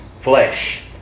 flesh